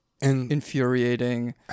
infuriating